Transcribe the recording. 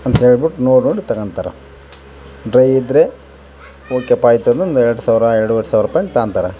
ಅಂತೇಳ್ಬಿಟ್ ನೋಡಿ ನೋಡಿ ತಗೋಂತಾರೆ ಡ್ರೈ ಇದ್ರೆ ಓಕೆ ಪಾ ಆಯ್ತು ಅಂದು ಒಂದು ಎರಡು ಸಾವಿರ ಎರಡುವರೆ ಸಾವ್ರ ರುಪಾಯಲ್ಲಿ ತಗೋಂತಾರೆ